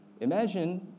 Imagine